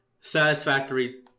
satisfactory